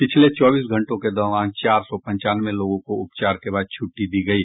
पिछले चौबीस घंटों के दौरान चार सौ पंचानवे लोगों को उपचार के बाद छुट्टी दी गयी